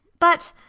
but.